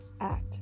act